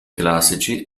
classici